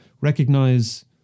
recognize